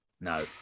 no